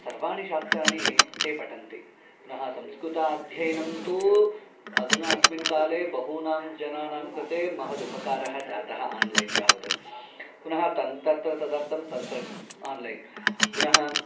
सर्वाणि शास्त्राणि ते पठन्ति पुनः संस्कृताध्ययनं तु अधुना अस्मिन् काले बहूनां जनानां कृते महद् उपकारः जातः आन्लैन् तावत् पुनः तन् तत्र तदर्थम् तन्त्र आन्लैन् पुनः